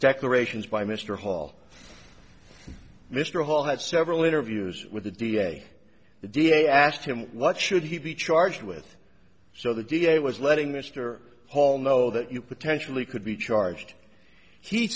declarations by mr hall mr hall had several interviews with the d a the d a asked him what should he be charged with so the d a was letting mr hall know that you potentially could be charged he